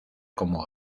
como